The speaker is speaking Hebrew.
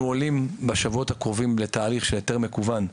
אנחנו עולים בשבועות הקרובים לתהליך של היתר מקוון.